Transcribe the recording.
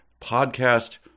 podcast